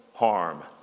harm